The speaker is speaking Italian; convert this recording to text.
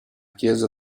chiesa